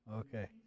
Okay